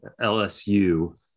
LSU